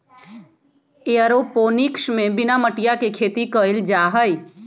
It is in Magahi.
एयरोपोनिक्स में बिना मटिया के खेती कइल जाहई